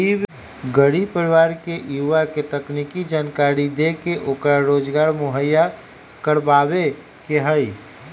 गरीब परिवार के युवा के तकनीकी जानकरी देके ओकरा रोजगार मुहैया करवावे के हई